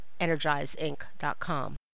energizeinc.com